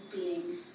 beings